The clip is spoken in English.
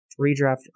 redraft